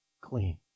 clean